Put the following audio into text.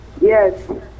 Yes